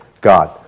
God